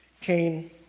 Cain